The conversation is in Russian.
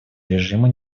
режима